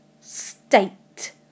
state